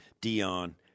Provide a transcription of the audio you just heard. Dion